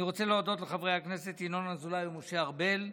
אני רוצה להודות לחברי הכנסת ינון אזולאי ומשה ארבל,